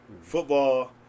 Football